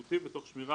שלומו,